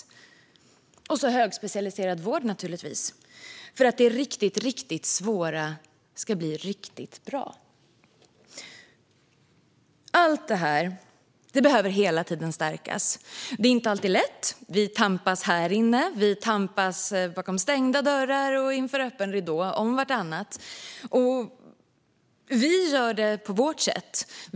Det handlar naturligtvis också om högspecialiserad vård för att det riktigt, riktigt svåra ska bli riktigt bra. Allt detta behöver hela tiden stärkas. Det är inte alltid lätt. Vi tampas här inne. Vi tampas bakom stängda dörrar och inför öppen ridå, om vartannat. Vi gör det på vårt sätt.